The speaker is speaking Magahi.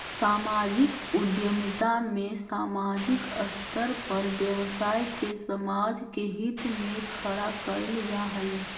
सामाजिक उद्यमिता में सामाजिक स्तर पर व्यवसाय के समाज के हित में खड़ा कईल जा हई